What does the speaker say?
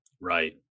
Right